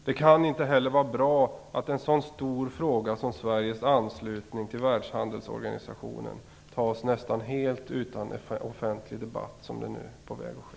Det kan inte heller vara bra att beslut om en så stor fråga som Sveriges anslutning till Världshandelsorganisationen fattas nästan helt utan offentlig debatt, som nu är på väg att ske.